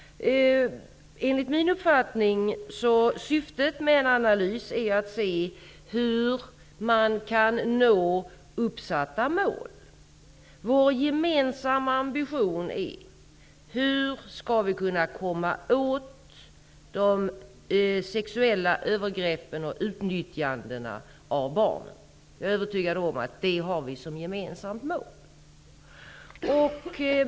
Enligt min uppfattning är syftet med en analys att se hur man kan nå uppsatta mål. Vår gemensamma ambition är hur vi skall kunna komma åt de sexuella övergreppen och utnyttjandena av barn. Jag är övertygad om att vi har det som gemensamt mål.